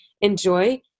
enjoy